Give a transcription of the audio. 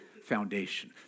foundation